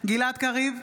גלעד קריב,